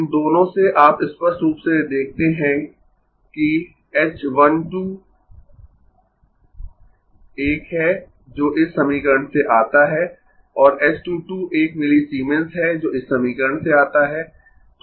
इन दोनों से आप स्पष्ट रूप से देखते है कि h 1 2 1 है जो इस समीकरण से आता है और h 2 2 1 मिलीसीमेंस है जो इस समीकरण से आता है